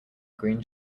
green